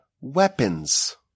weapons